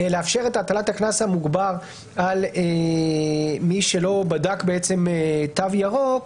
לאפשר את הטלת הקנס המוגבר על מי שלא בדק תו ירוק.